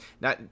Now